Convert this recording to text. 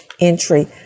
entry